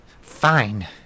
Fine